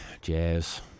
Jazz